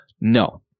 no